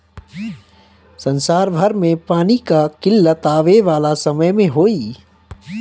संसार भर में पानी कअ किल्लत आवे वाला समय में होई